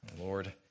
Lord